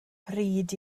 pryd